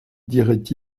dirait